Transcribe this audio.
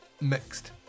mixed